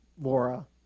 Laura